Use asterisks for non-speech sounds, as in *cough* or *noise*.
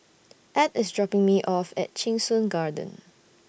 *noise* Edd IS dropping Me off At Cheng Soon Garden